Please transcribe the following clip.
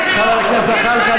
חבר הכנסת זחאלקה,